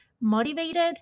motivated